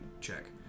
check